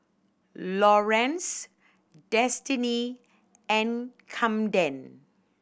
Lawerence Destiny and Camden